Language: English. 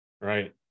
Right